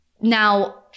now